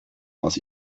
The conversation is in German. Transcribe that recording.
aus